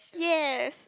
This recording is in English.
yes